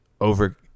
over